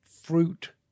fruit